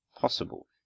possible